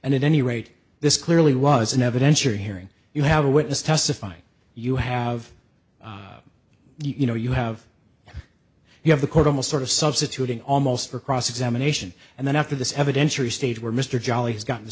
and at any rate this clearly was an evidentiary hearing you have a witness testifying you have you know you have you have the court almost sort of substituting almost for cross examination and then after this evidence or stage where mr jolly's gott